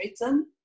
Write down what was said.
written